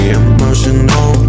emotional